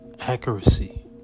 Accuracy